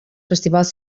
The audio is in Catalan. festivals